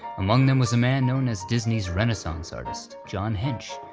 among them was a man known as disney's renaissance artist, john hench,